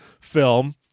film